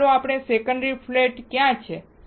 તો ચાલો જોઈએ સેકન્ડરી ફ્લેટ ક્યાં છે